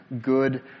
good